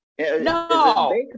No